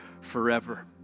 forever